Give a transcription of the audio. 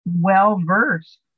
well-versed